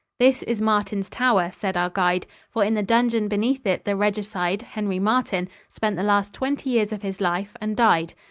this is martin's tower, said our guide, for in the dungeon beneath it the regicide, henry martin, spent the last twenty years of his life and died.